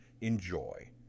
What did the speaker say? Enjoy